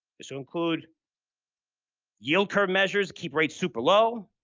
this will include yield curve measures, keep rates super low,